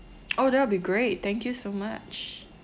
oh that'll be great thank you so much